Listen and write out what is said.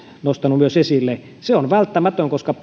nostanut myös esille se on välttämätön koska